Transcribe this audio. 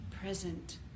present